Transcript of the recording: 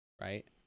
right